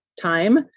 time